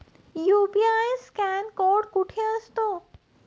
UPI scan code कुठे असतो?